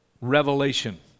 revelation